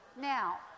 Now